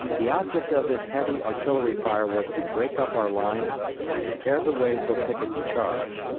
the object of this heavy artillery fire was to break up our lines and prepare the way for pickett's charge.